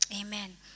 Amen